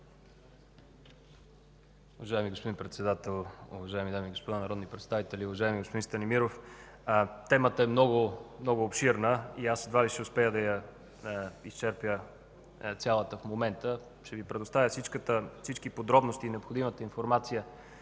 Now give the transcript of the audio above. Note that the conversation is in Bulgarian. Уважаеми господин Председател, уважаеми дами и господа народни представители! Уважаеми господин Станимиров, темата е много обширна и едва ли ще успея да я изчерпя цялата в момента. Ще Ви предоставя всички подробности и необходимата информация,